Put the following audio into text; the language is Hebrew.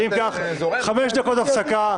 אם כך, חמש דקות הפסקה.